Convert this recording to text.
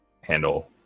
handle